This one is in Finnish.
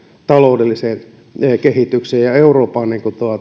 taloudelliseen kehitykseen ja euroopan